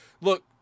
look